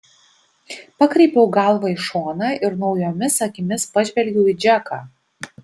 pakreipiau galvą į šoną ir naujomis akimis pažvelgiau į džeką